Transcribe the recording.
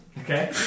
Okay